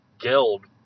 guild